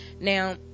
now